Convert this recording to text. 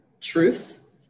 truth